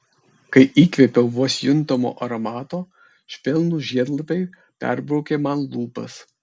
kai įkvėpiau vos juntamo aromato švelnūs žiedlapiai perbraukė man lūpas